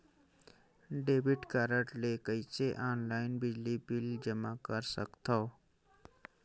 Debit card ले कइसे online बिजली बिल जमा कर सकथव?